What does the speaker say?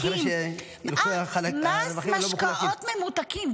מס משקאות ממותקים,